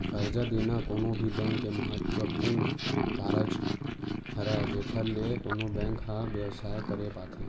करजा देना कोनो भी बेंक के महत्वपूर्न कारज हरय जेखर ले कोनो बेंक ह बेवसाय करे पाथे